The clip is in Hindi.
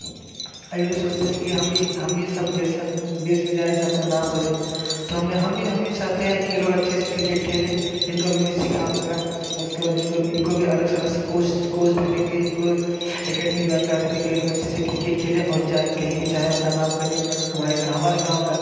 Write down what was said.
और यह लोग सोचते हैं कि हम भी हम भी सब जैसा देश में जाएँ सबका नाम करें तो हमें हम भी हम भी चाहते हैं कि यह लोग अच्छे से क्रिकेट खेले इनको भी मैं सिखाऊँगा उसके बाद इनको इनको भी अलग सदस्य कोच कोच भी देंगे इनको एकेडमी ज्वाइन करा देंगे कि यह लोग अच्छे से क्रिकेट खेले और जाएँ कहीं भी जाएँ अपना नाम करें हमारे गाँव का